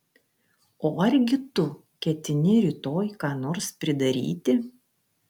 o argi tu ketini rytoj ką nors pridaryti